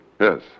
Yes